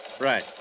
Right